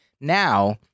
Now